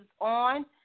on